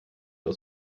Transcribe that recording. aus